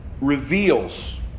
reveals